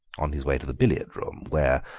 on his way to the billiard-room, where,